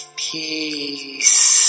peace